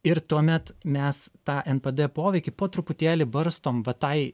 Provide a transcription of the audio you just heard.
ir tuomet mes tą npd poveikį po truputėlį barstom va tai